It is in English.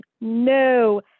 no